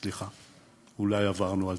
סליחה, אולי עברנו על